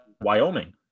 Wyoming